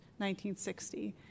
1960